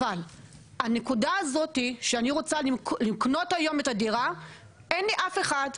אבל הנקודה הזאת שאני רוצה לקנות היום את הדירה אין לי אף אחד,